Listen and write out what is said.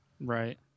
Right